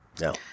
No